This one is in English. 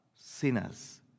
sinners